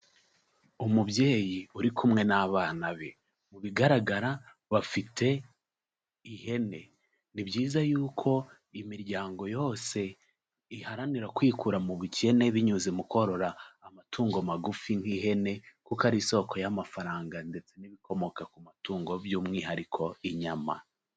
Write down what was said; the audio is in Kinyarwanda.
Umubyeyi uri kumwe n'abana be, mu bigaragara bafite ihene, ni byiza yuko imiryango yose iharanira kwikura mu bukene binyuze mu korora amatungo magufi nk'ihene kuko ari isoko y'amafaranga ndetse n'ibikomoka ku matungo by'umwihariko inyama.